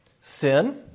Sin